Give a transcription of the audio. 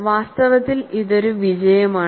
വാസ്തവത്തിൽ ഇത് ഒരു വിജയമാണ്